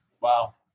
Wow